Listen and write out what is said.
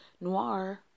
Noir